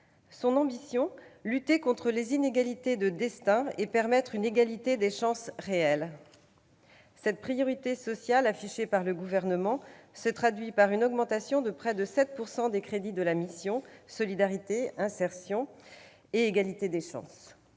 dont l'ambition est de lutter contre les inégalités de destin et permettre une égalité des chances réelle. Cette priorité sociale affichée par le Gouvernement se traduit par une augmentation de près de 7 % des crédits de la mission « Solidarité, insertion et égalité des chances